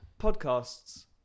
podcasts